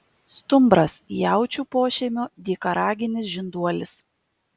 stumbras jaučių pošeimio dykaraginis žinduolis